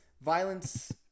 violence